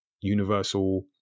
universal